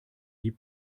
die